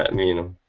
mean